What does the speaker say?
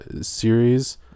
series